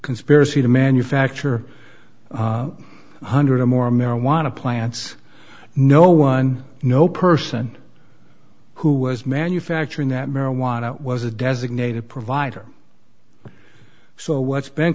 conspiracy to manufacture one hundred or more marijuana plants no one no person who was manufacturing that marijuana was a designated provider so what's been